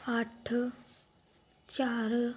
ਅੱਠ ਚਾਰ